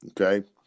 Okay